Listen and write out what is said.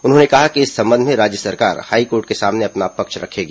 उन्होंने कहा कि इस संबंध में राज्य सरकार हाईकोर्ट के सामने अपना पक्ष रखेगी